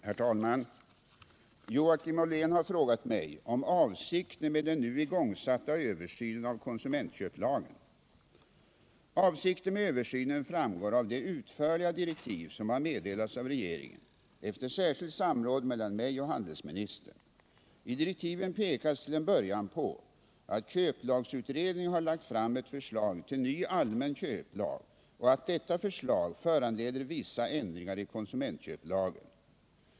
Herr talman! Joakim Ollén har frågat mig om avsikten med den nu igångsatta översynen av konsumentköplagen. Avsikten med översynen framgår av de utförliga direktiv som har meddelats av regeringen efter särskilt samråd mellan mig och handelsministern . I direktiven pekas till en början på att köplagsutredningen har lagt fram ett förslag till ny allmän köplag och att detta förslag föranleder vissa ändringar i konsumentköplagen.